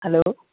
hello